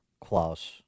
klaus